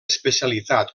especialitat